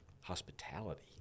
hospitality